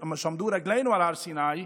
מאז שעמדו רגלינו על הר סיני,